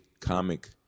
comic